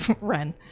Ren